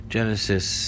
Genesis